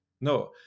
No